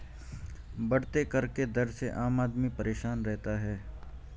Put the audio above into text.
बढ़ते कर के दर से आम आदमी परेशान रहता है